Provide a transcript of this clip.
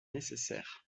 nécessaire